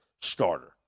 starter